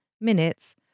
minutes